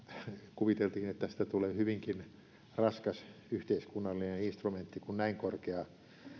kuviteltiin että tästä tulee hyvinkin raskas yhteiskunnallinen instrumentti kun näin korkea